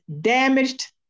damaged